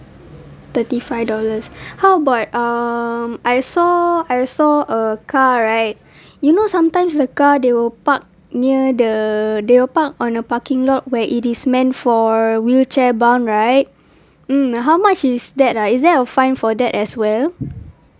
thirty five dollars how about um I saw I saw a car right you know sometimes the car they will park near the they'll park on a parking lot where it is meant for wheelchair bound right mm how much is that ah is there a fine for that as well